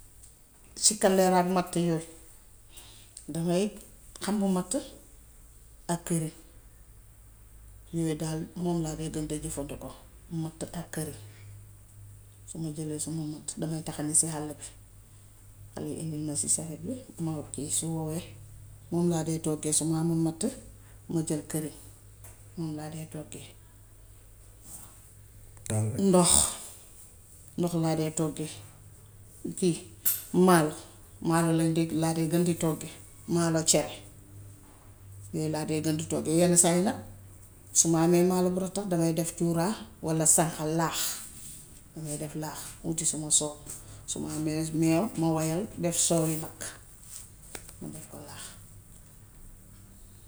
Sikalleer ak matt yi. Damay xamb matt ak këriñ. Yooyu daal moom laa dee gën di jëfandikoo. Matt ak këriñ. Su ma jëlee sama matt dafay taxaniji si hàll bi. Xale yi undil ma si saret yi, ma kii. Su howee, moom laa toggee. Su ma hamul matt, ma jël këriñ. Moom laa dee toggee. Ndox, ndox laa dee toggee kii maalo. Maalo lañ de laa dee gën di toggee, maalo cere. Yooyu laa dee gën di toggee. Yenn saa yi nag, su ma amee maaloo bu rattax, damay def cuuraay walla sànqal laax. Damay def laax wuti suma soow. Su ma amee meew ma woyal def soow mi nag, ma def ko laax.